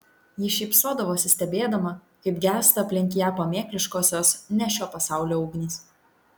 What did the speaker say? ji šypsodavosi stebėdama kaip gęsta aplink ją pamėkliškosios ne šio pasaulio ugnys